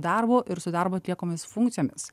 darbu ir su darbu atliekamomis funkcijomis